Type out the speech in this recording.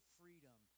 freedom